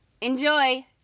Enjoy